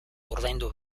ordaindu